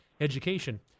education